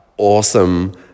awesome